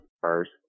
first